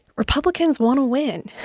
republicans want to win,